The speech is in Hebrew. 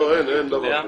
לא, אין דבר כזה.